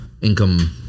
income